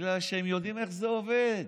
בגלל שהם יודעים איך זה עובד,